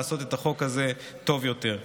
לעשות את החוק הזה טוב יותר,